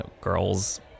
girls